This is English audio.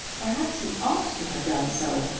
perhaps you ought to have done so.